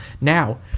Now